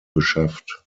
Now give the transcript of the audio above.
beschafft